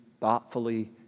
thoughtfully